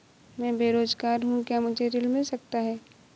मैं बेरोजगार हूँ क्या मुझे ऋण मिल सकता है?